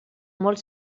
molt